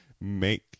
make